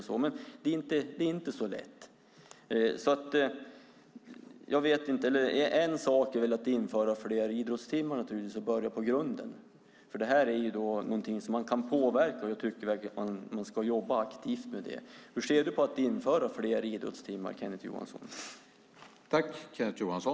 Men det är inte så lätt. En sak kunde naturligtvis vara att införa fler idrottstimmar och börja från grunden. Detta är någonting som man kan påverka. Jag tycker verkligen att man ska jobba aktivt med det. Hur ser du på att införa fler idrottstimmar, Kenneth Johansson?